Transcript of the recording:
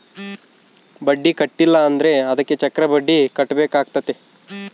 ಬಡ್ಡಿ ಕಟ್ಟಿಲ ಅಂದ್ರೆ ಅದಕ್ಕೆ ಚಕ್ರಬಡ್ಡಿ ಕಟ್ಟಬೇಕಾತತೆ